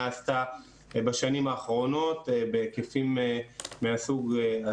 עשתה בשנים האחרונות בהיקפים מהסוג הזה.